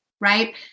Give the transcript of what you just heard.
right